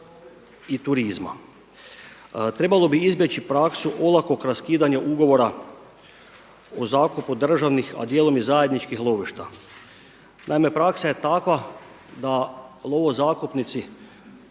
i turizma. Trebalo bi izbjeći praksu olakog raskidanja ugovora o zakupu državnih a dijelom i zajedničkih lovišta. Naime, praksa je takva da lovo zakupnici